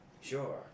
Sure